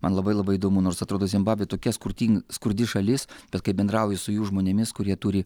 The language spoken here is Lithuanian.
man labai labai įdomu nors atrodo zimbabvė tokia skurtin skurdi šalis bet kai bendrauji su jų žmonėmis kurie turi